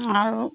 আৰু